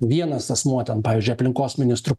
vienas asmuo ten pavyzdžiui aplinkos ministru